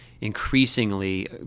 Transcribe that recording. increasingly